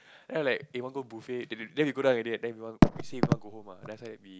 then I like eh want go buffet then then we go down already right then we want say we want go home ah then after that we